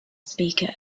speaker